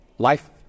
Life